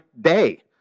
day